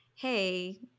hey